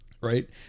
Right